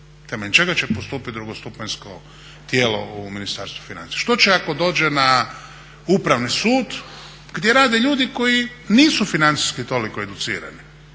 temeljem čega će postupiti drugostupanjsko tijelo u Ministarstvu financija, što će ako dođe na Upravni sud gdje rade ljudi koji nisu financijski toliko educirani,